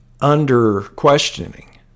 under-questioning